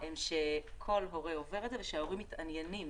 הם שכל הורה עובר את זה ושההורים מתעניינים